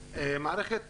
מערכת